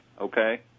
Okay